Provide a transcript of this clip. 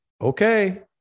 okay